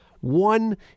one